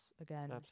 again